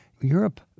Europe